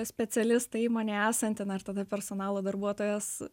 specialistą įmonėje esantį na ir tada personalo darbuotojas